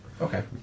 Okay